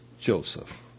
Joseph